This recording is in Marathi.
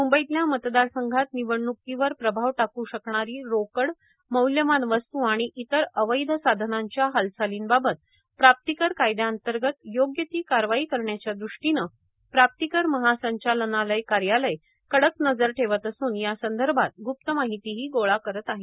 मुंबईतल्या मतदार संघांत निवडण्कीवर प्रभाव टाकू शकणारी रोकड मौल्यवान वस्तू आणि इतर अवैध साधनांच्या हालचालींबाबत प्राप्तीकर कायद्याअंतर्गत योग्य ती कारवाई करण्याच्या दृष्टीने प्राप्तीकर महासंचालनालय कार्यालय कडक नजर ठेवत असुन या संदर्भात गुप्त माहितीही गोळा करत आहे